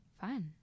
Fun